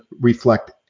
reflect